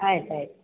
ಆಯ್ತು ಆಯಿತು